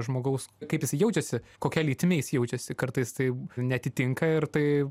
žmogaus kaip jisai jaučiasi kokia lytimi jis jaučiasi kartais tai neatitinka ir tai